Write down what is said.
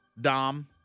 Dom